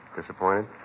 Disappointed